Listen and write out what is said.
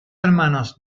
hermanos